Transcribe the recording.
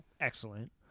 excellent